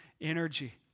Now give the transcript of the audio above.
energy